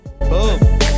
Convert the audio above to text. Boom